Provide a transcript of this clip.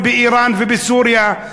באיראן ובסוריה,